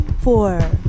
four